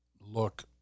look